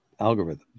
algorithms